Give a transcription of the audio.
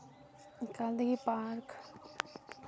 ᱠᱟᱹᱫᱤ park